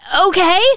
okay